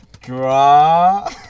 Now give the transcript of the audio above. Draw